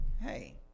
Hey